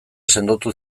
sendotu